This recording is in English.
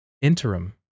interim